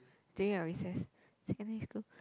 during your recess secondary school